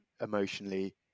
emotionally